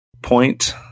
point